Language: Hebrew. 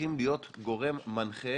צריכים להיות גורם מנחה